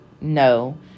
no